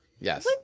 Yes